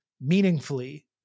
meaningfully